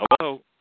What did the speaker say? hello